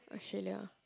Australia